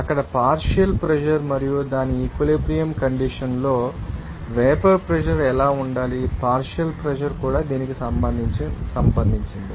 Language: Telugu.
అక్కడ పార్షియల్ ప్రెషర్ మరియు దాని ఈక్వలెబ్రియంకండీషన్ లో వేపర్ ప్రెషర్ ఎలా ఉండాలి పార్షియల్ ప్రెషర్ కూడా దీనికి సంబంధించినది